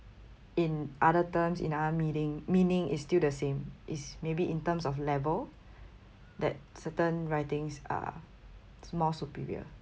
in other terms in other meeting meaning is still the same it's maybe in terms of level that certain writings are more superior